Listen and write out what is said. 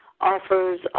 offers